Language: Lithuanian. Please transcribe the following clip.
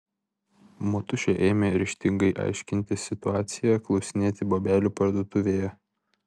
motušė ėmė ryžtingai aiškintis situaciją klausinėti bobelių parduotuvėje